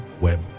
Web